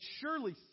surely